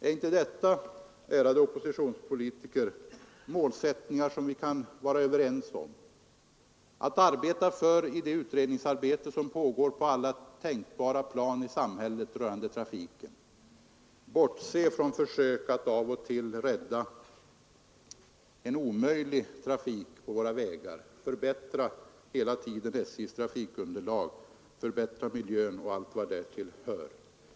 Är inte detta, ärade oppositionspolitiker, målsättningar som vi kan vara överens om: att fortsätta det utredningsarbete som pågår rörande trafiken på alla tänkbara plan i samhället, att bortse från försök att av och till rädda en omöjlig trafik på våra vägar, att hela tiden försöka förbättra SJ:s trafikunderlag, förbättra miljön och allt vad därtill hör?